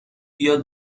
بیاد